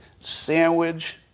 sandwich